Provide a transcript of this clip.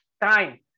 time